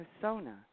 persona